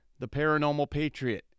theparanormalpatriot